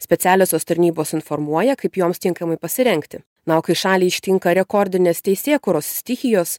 specialiosios tarnybos informuoja kaip joms tinkamai pasirengti na o kai šalį ištinka rekordinės teisėkūros stichijos